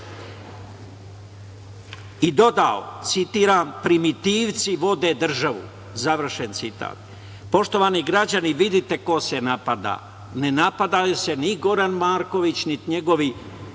i dodao, citiram: „Primitivci vode državu.“, završen citat. Poštovani građani vidite ko se napada. Ne napadaju se ni Goran Marković, niti njegovi